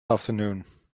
afternoon